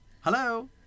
Hello